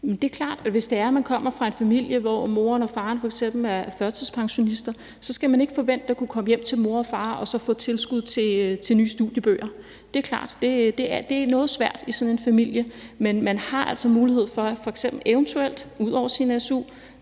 Det er klart, at hvis man kommer fra en familie, hvor moren og faren f.eks. er førtidspensionister, skal man ikke forvente at kunne komme hjem til dem og få tilskud til nye studiebøger; det er klart. Det er svært i sådan en familie. Men udover su har man altså mulighed for eventuelt at have et